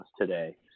today